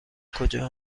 کجا